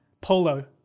polo